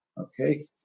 okay